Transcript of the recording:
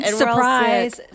surprise